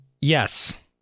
yes